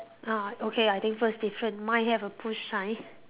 ah okay I think first different mine a push sign